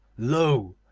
lo!